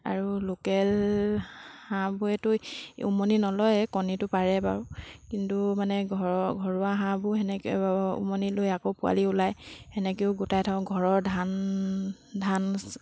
আৰু লোকেল হাঁহবোৰেতো উমনি নলয়ে কণীটো পাৰে বাৰু কিন্তু মানে ঘৰৰ ঘৰুৱা হাঁহবোৰ সেনেকৈ উমনি লৈ আকৌ পোৱালি ওলাই সেনেকৈয়ো গোটাই থওঁ ঘৰৰ ধান ধান